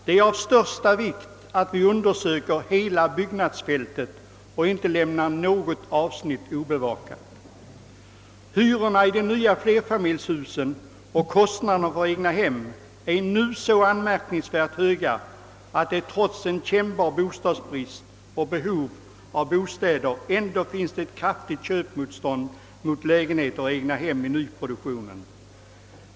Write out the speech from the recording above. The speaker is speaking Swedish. Det är av största vikt att vi undersöker hela byggnadsfältet och inte lämnar något avsnitt obevakat. Hyrorna i de nya flerfamiljshusen och kostnaderna för egnahem är nu så anmärkningsvärt höga, att det trots en kännbar bostadsbrist och ett stort behov av bostäder ändå finns ett kraftigt köpmotstånd mot lägenheter och egnahem i nyproduktionen.